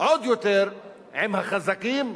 עוד יותר עם החזקים,